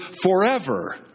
forever